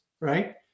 right